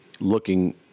looking